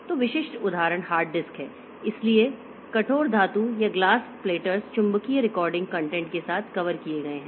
तो विशिष्ट उदाहरण हार्ड डिस्क हैं इसलिए कठोर धातु या ग्लास प्लैटर्स चुंबकीय रिकॉर्डिंग कंटेंट के साथ कवर किए गए हैं